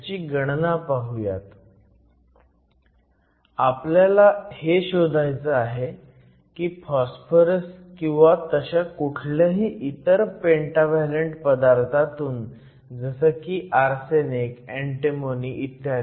तर आपल्याला हे शोधायचं आहे की फॉस्फरस किंवा तशा कुठल्याही इतर पेंटाव्हॅलंट पदार्थातून जसं की आर्सेनिक अँटीमोनि ई